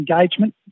engagement